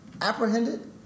apprehended